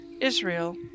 Israel